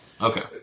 Okay